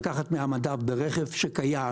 לקחת מהמדף ברכב שקיים